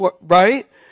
right